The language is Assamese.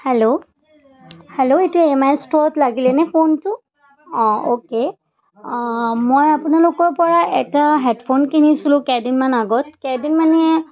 হেল্ল' হেল্ল' এইটো এম আই ষ্ট'ত লাগিলেনে ফোনটো অঁ অ'কে মই আপোনালোকৰপৰা এটা হেডফোন কিনিছিলোঁ কেইদিনমান আগত কেইদিন মানে